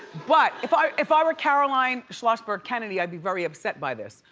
but if i if i were caroline schlossberg-kennedy, i'd be very upset by this.